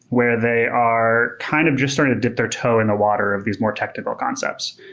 where they are kind of just starting to dip their toe in the water of these more technical concepts.